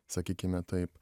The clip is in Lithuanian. sakykime taip